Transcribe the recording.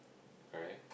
right